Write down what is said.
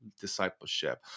discipleship